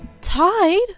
Tide